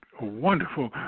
wonderful